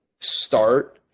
start